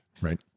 right